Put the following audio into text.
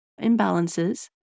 imbalances